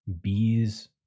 bees